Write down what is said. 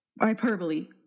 hyperbole